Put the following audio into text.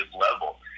level